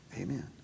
Amen